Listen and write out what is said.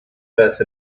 earth